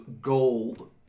gold